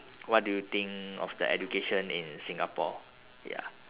what do you think of the education in singapore ya